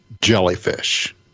jellyfish